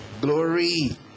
Glory